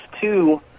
two